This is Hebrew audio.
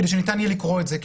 כדי שניתן יהיה לקרוא את זה,